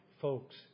Folks